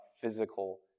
physical